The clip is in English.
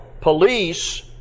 police